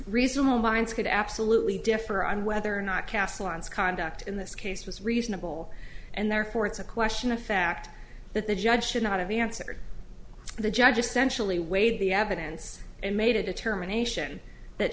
winds could absolutely differ on whether or not castle and conduct in this case was reasonable and therefore it's a question of fact that the judge should not have answered the judge essentially weighed the evidence and made a determination that